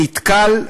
נתקל,